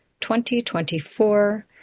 2024